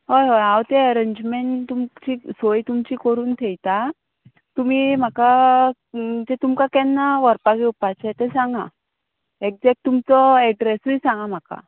हय हय हांव तें अरेंजमँट तुमची सोय तुमची करून थेयता तुमी म्हाका तें तुमकां केन्ना व्हरपाक येवपाचें तें सांगां एग्जॅक्ट तुमचो एड्रॅसूय सांगां म्हाका